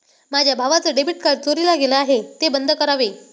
माझ्या भावाचं debit card चोरीला गेलं आहे, ते बंद करावे